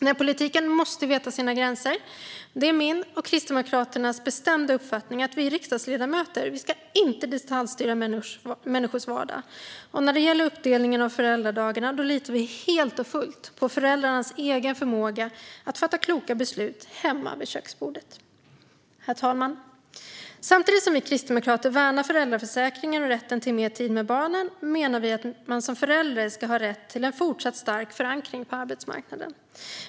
Nej, politiken måste veta sina gränser. Det är min och Kristdemokraternas bestämda uppfattning att vi riksdagsledamöter inte ska detaljstyra människors vardag. När det gäller uppdelningen av föräldradagarna litar vi helt och fullt på föräldrarnas egen förmåga att fatta kloka beslut hemma vid köksbordet. Herr talman! Samtidigt som vi kristdemokrater värnar föräldraförsäkringen och rätten till mer tid med barnen menar vi att man som förälder ska ha rätt till en fortsatt stark förankring på arbetsmarknaden.